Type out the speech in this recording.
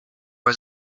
was